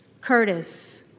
Curtis